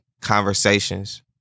conversations